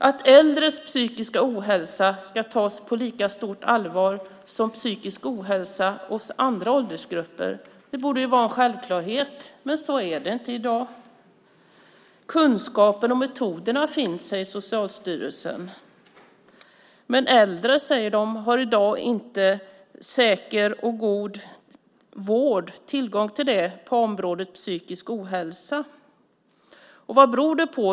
Att äldres psykiska ohälsa ska tas på lika stort allvar som hos andra åldersgrupper borde vara en självklarhet. Men så är det inte i dag. Kunskaperna och metoderna finns, säger Socialstyrelsen, men äldre har i dag inte tillgång till säker vård på området psykisk ohälsa. Vad beror det på?